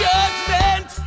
Judgment